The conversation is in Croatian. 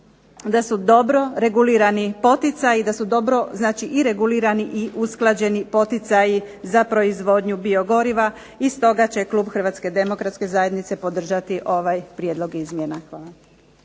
da su dobro regulirani poticaji, da su dobro znači i regulirani i usklađeni poticaji za proizvodnju biogoriva, i stoga će klub Hrvatske demokratske zajednice podržati ovaj prijedlog izmjena. Hvala.